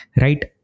Right